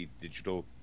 digital